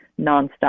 nonstop